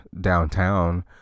downtown